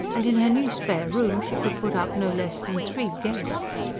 and in her new spare room she could put up no less than three guests!